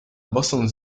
boston